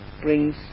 brings